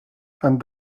and